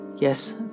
yes